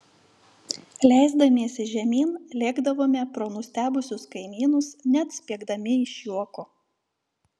leisdamiesi žemyn lėkdavome pro nustebusius kaimynus net spiegdami iš juoko